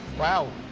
wow!